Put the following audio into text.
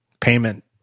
payment